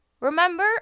remember